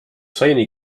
seni